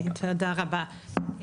תודה רבה,